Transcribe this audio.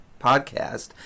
podcast